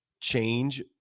change